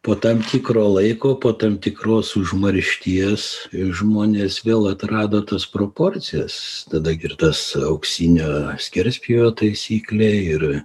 po tam tikro laiko po tam tikros užmaršties i žmonės vėl atrado tas proporcijas tada gi ir tas auksinio skerspjūvio taisyklė ir